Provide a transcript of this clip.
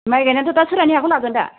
माइ गायनायाथ' दा सोरहानि हाखौ लागोन दा